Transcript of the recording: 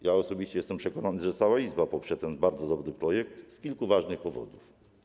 Ja osobiście jestem przekonany, że cała Izba poprze ten bardzo dobry projekt z kilku ważnych powodów.